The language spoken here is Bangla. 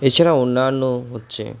এছাড়া অন্যান্য হচ্ছে